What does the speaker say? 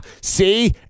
See